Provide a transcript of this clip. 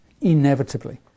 inevitably